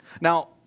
Now